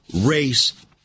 Race